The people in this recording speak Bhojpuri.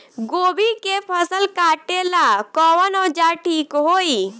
गोभी के फसल काटेला कवन औजार ठीक होई?